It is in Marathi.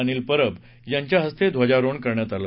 अनिल परब यांच्या हस्ते ध्वजारोहण करण्यात आलं